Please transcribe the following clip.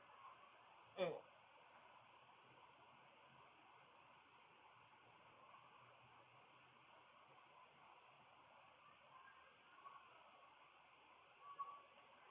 mm